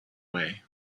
way